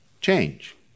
change